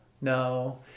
no